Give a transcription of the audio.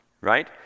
right